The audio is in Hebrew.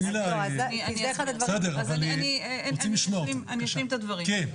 אני אשלים את הדברים.